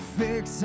fix